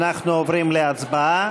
אנחנו עוברים להצבעה.